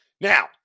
Now